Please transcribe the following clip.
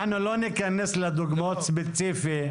אנחנו לא ניכנס לדוגמאות ספציפיות.